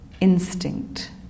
instinct